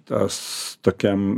tas tokiam